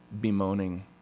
bemoaning